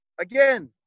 Again